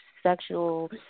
Sexual